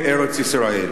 בארץ-ישראל.